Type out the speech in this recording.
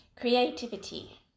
Creativity